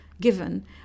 given